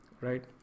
right